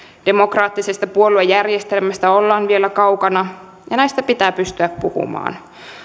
demokraattisesta puoluejärjestelmästä ollaan vielä kaukana ja näistä pitää pystyä puhumaan